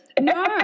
No